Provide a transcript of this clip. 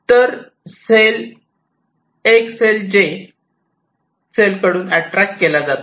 एक सेल इतर ' j' cell कडून अट्रॅक्ट केला जातो